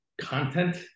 content